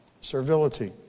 Servility